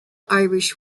irish